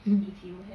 um